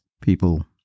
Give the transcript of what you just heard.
People